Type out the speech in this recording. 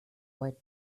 white